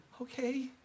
Okay